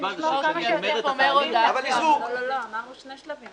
הצביעו על כך שכאשר גומרים את התהליך --- אמרנו שני שלבים.